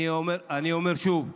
אני אומר שוב,